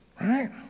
Right